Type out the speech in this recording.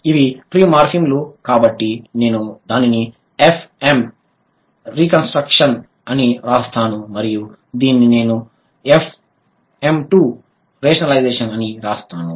ఇవి ఫ్రీ మార్ఫిమ్లు కాబట్టి నేను దానిని FM రికన్స్ట్రక్షన్ అని వ్రాస్తాను మరియు దీన్ని నేను FM 2 రేషనలైజషన్ అని వ్రాస్తాను